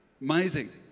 Amazing